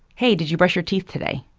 hey did you brush your teeth today,